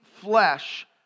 flesh